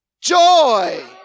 Joy